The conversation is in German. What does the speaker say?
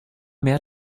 mehr